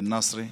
בא-נאצרה,